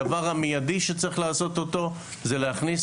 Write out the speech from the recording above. הדבר המידי שצריך לעשות אותו זה להכניס